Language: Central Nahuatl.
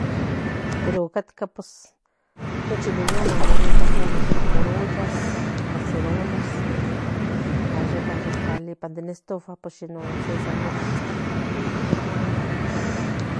Pero otcatca nochi de non ahorita sa puro olla caserolas guan yeka tlaliaya ipan in tufa pues ocse sabor in tlacual